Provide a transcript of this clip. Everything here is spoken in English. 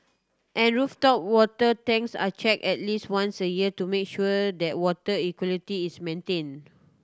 and rooftop water tanks are check at least once a year to make sure that water equality is maintain